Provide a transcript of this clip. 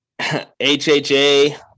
HHA